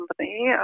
company